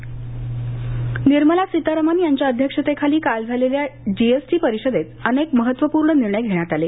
जी S T Nirmala Sitharaman यांच्याअध्यक्षतेखाली काल झालेल्या जी एस टी परिषदेत अनेक महत्त्वपूर्ण निर्णय घेण्यातआले